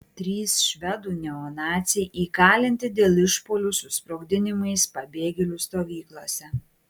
trys švedų neonaciai įkalinti dėl išpuolių su sprogdinimais pabėgėlių stovyklose